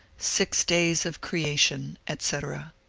six days of creation, etc.